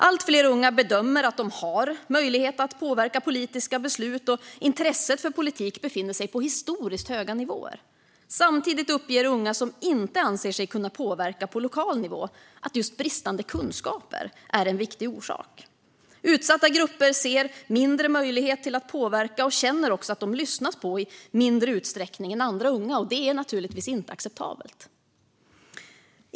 Allt fler unga bedömer att de har möjlighet att påverka politiska beslut, och intresset för politik befinner sig på historiskt höga nivåer. Samtidigt uppger unga som inte anser sig kunna påverka på lokal nivå att just bristande kunskaper är en viktig orsak. Utsatta grupper ser mindre möjlighet till att påverka och känner också att de lyssnas på i mindre utsträckning än andra unga. Det är naturligtvis inte acceptabelt.